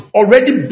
already